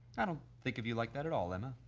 i don't think of you like that at all emma.